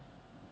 okay